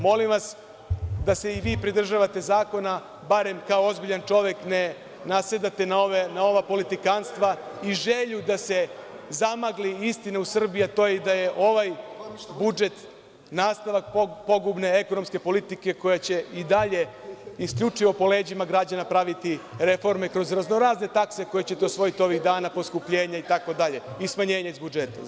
Molim vas da se i vi pridržavate zakona, barem kao ozbiljan čovek i ne nasedate na ova politikanstva i želju da se zamagli istina u Srbiji, a to je da je ovaj budžet nastavak pogubne ekonomske politike koja će i dalje, isključivo po leđima građana, praviti reforme kroz raznorazne takse koje ćete usvojiti ovih dana, poskupljenja, smanjenja iz budžeta, itd.